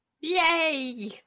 Yay